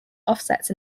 offsets